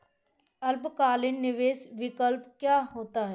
अल्पकालिक निवेश विकल्प क्या होता है?